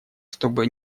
чтобы